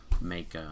make